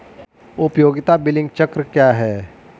उपयोगिता बिलिंग चक्र क्या है?